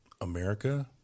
america